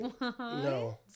No